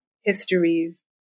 histories